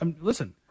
listen